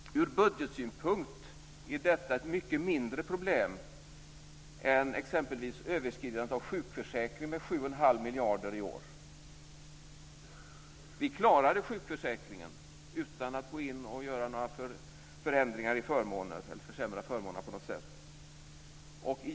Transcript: Ur budgetsynpunkt är detta ett mycket mindre problem än exempelvis överskridandet av sjukförsäkringen med 7 1⁄2 miljarder i år.